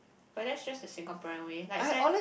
but that's just the Singaporean way like sa~